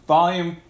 Volume